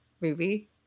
movie